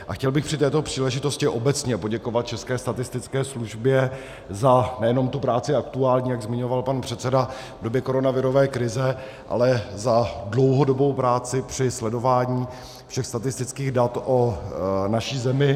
A chtěl bych při této příležitosti obecně poděkovat české statistické službě nejenom za tu práci aktuální, jak zmiňoval pan předseda, v době koronavirové krize, ale za dlouhodobou práci při sledování všech statistických dat o naší zemi.